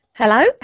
Hello